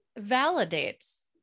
validates